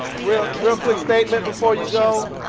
real real quick statement before you go.